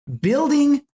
building